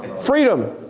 freedom.